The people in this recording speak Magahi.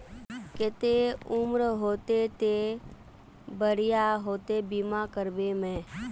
केते उम्र होते ते बढ़िया होते बीमा करबे में?